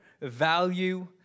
value